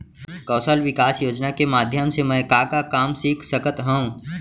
कौशल विकास योजना के माधयम से मैं का का काम सीख सकत हव?